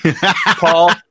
Paul